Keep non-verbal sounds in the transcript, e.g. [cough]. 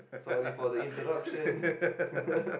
sorry for the interruption [laughs]